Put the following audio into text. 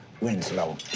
Winslow